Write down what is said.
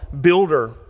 builder